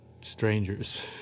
strangers